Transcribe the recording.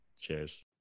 Cheers